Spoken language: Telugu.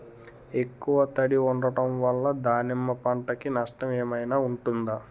ఎక్కువ తడి ఉండడం వల్ల దానిమ్మ పంట కి నష్టం ఏమైనా ఉంటుందా?